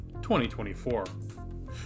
2024